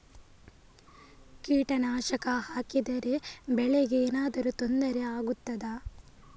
ಕೀಟನಾಶಕ ಹಾಕಿದರೆ ಬೆಳೆಗೆ ಏನಾದರೂ ತೊಂದರೆ ಆಗುತ್ತದಾ?